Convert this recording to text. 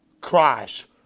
Christ